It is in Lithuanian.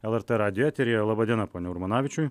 lrt radijo eteryje laba diena ponia urmonavičiui